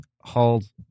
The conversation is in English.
hauled